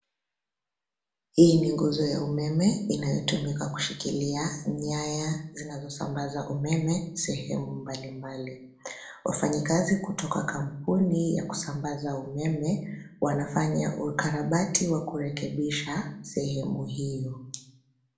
Hii ni nguzo ya umeme, inayotumika kushikilia nyaya zinazosambaza umeme sehemu mbalimbali. Wafanyakazi kutoka kampuni ya kusambaza umeme, wanafanya ukarabati wa kurekebisha sehemu hiyo.